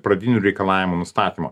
pradinių reikalavimų nustatymo